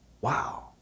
Wow